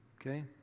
okay